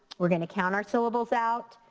we're gonna count our syllables out.